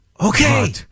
Okay